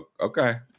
okay